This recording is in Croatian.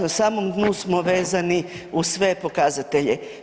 Na samom dnu smo vezani uz sve pokazatelje.